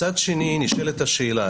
מצד שני נשאלת השאלה,